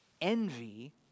Envy